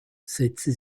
setzte